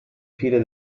file